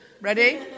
Ready